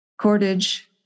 Cordage